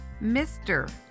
Mr